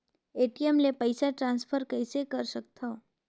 ATM ले पईसा transfer कइसे कर सकथव?